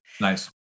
Nice